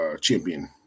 champion